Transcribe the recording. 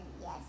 yes